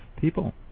people